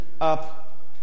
up